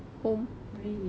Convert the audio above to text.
really